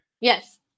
yes